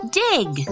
dig